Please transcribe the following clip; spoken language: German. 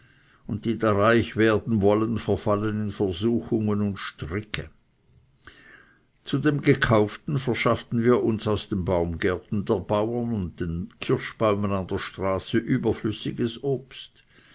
und die da reich werden wollen verfallen in versuchungen und stricke zu dem gekauften verschafften wir uns aus den baumgärten der bauern und den kirschbäumen an der straße überflüssiges obst